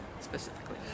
specifically